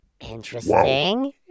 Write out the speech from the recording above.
Interesting